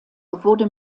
wurde